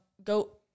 go